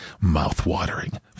Mouth-watering